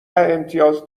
امتیاز